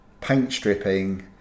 paint-stripping